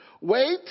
wait